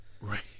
right